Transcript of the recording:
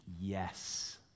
yes